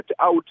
out